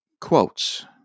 quotes